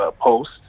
post